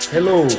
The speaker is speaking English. Hello